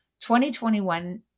2021